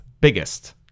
biggest